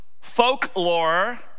folklore